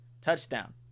Touchdown